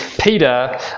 Peter